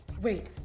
Wait